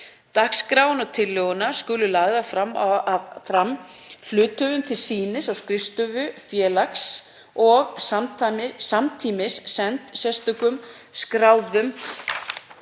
Dagskrá og tillögur skulu lagðar fram hluthöfum til sýnis á skrifstofu félags og samtímis sendar sérstökum skráðum